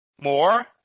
more